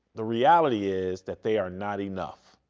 the reality is that they are not enough.